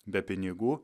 be pinigų